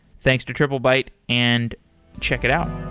thanks to triplebyte and check it out